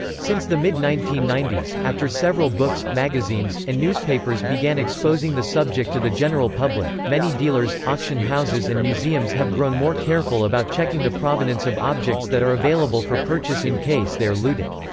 since the mid nineteen ninety s, after several books, magazines, and newspapers began exposing the subject to the general public, many dealers, auction houses and museums have grown more careful about checking the provenance of objects that are available for purchase in case they are looted.